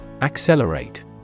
Accelerate